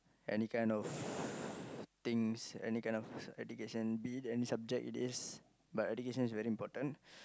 any kind of things any kind of education be it any subject it is but education is very important